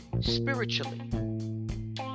spiritually